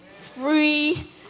free